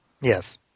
Yes